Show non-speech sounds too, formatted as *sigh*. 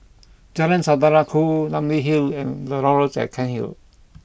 *noise* Jalan Saudara Ku Namly Hill and The Laurels at Cairnhil *noise* l